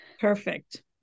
Perfect